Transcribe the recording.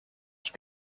die